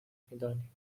میدانیم